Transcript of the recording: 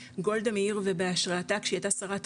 גולדה מאיר ובהשראתה כשהיא הייתה שרת חוץ,